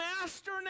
master